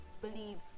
believe